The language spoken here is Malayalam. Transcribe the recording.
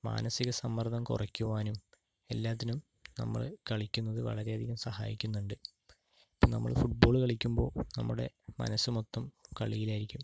മാനസിക സമ്മർദ്ദം കുറയ്ക്കുവാനും എല്ലാത്തിനും നമ്മള് കളിക്കുന്നത് വളരെ അധികം സഹായിക്കുന്നുണ്ട് നമ്മള് ഫുട്ബോള് കളിക്കുമ്പോൾ നമ്മുടെ മനസ്സു മൊത്തം കളിയിലായിരിക്കും